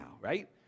right